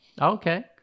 okay